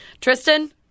Tristan